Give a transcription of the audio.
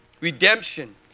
redemption